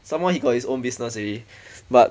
someone he got his own business already but